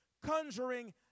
conjuring